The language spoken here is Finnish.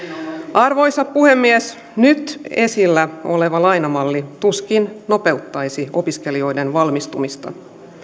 arvoisa puhemies nyt esillä oleva lainamalli tuskin nopeuttaisi opiskelijoiden valmistumista